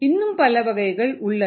இன்னும்பல வகைகள் உள்ளன